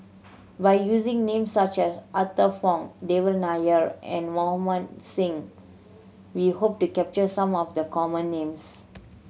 by using names such as Arthur Fong Devan Nair and Singh we hope to capture some of the common names